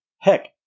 Heck